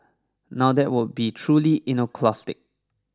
now that would be truly iconoclastic